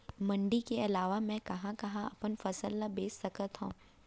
मण्डी के अलावा मैं कहाँ कहाँ अपन फसल ला बेच सकत हँव?